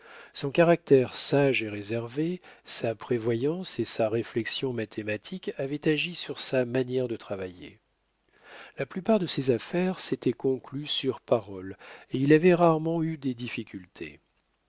son caractère sage et réservé sa prévoyance et sa réflexion mathématique avaient agi sur sa manière de travailler la plupart de ses affaires s'étaient conclues sur parole et il avait rarement eu des difficultés